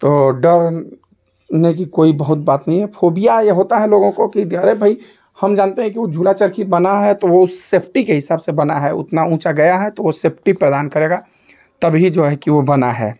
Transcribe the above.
तो डर ने की कोई बहुत बात नहीं हैं फोबिया यह होता है लोगों को कि व्य अरे भाई हम जानते हैं कि ऊ झूला चरखी बना है तो वह उस सेफ्टी के हिसाब से बना है उतना ऊँचा गया है तो ओ सेफ्टी प्रदान करेगा तभी जो है कि वह बना है